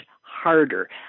harder